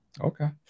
okay